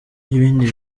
n’ibindi